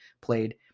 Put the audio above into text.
played